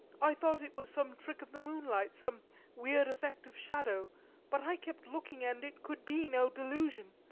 i thought it was some trick of the moonlight, some weird effect of shadow but i kept looking, and it could be no delusion.